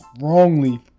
wrongly